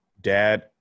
dad